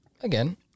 Again